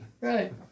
Right